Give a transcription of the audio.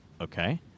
Okay